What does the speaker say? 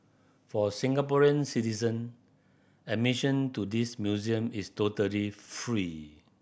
for Singaporean citizen admission to this museum is totally free